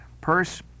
purse